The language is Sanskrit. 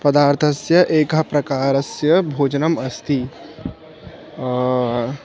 पदार्थस्य एकः प्रकारस्य भोजनम् अस्ति